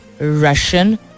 Russian